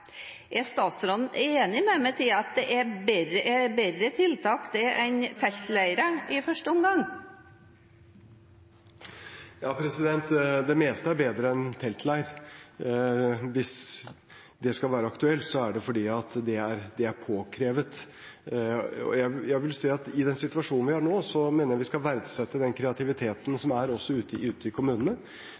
Er statsråden enig med meg i at det er et bedre tiltak enn teltleirer, i første omgang? Ja, det meste er bedre enn teltleir. Hvis dette skal være aktuelt, er det fordi det er påkrevet. I den situasjonen vi er i nå, mener jeg vi skal verdsette den kreativiteten som er også ute i kommunene. Det kommer mange gode forslag fra kommuner om hvordan de kan bosette flere raskere. Husbankdirektøren har også oppfordret kommunene